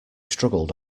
struggled